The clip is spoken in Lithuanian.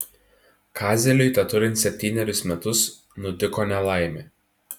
kazeliui teturint septynerius metus nutiko nelaimė